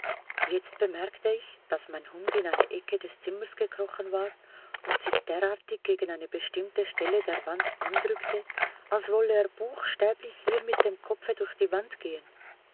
jetzt bemerkte ich daß mein hund in eine ecke des zimmers gekrochen war und sich derartig gegen eine bestimmte stelle der wand andrückte als wolle er buchstäblich hier mit dem kopfe durch die wand gehen